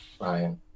Ryan